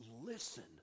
listen